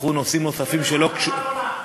פתחו נושאים נוספים שלא קשורים